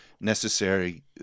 necessary